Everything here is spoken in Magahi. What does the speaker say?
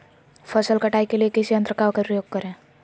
फसल कटाई के लिए किस यंत्र का प्रयोग करिये?